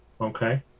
okay